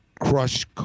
crush